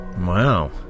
Wow